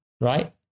right